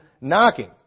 knocking